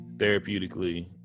therapeutically